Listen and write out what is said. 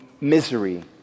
misery